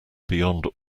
beyond